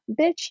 bitch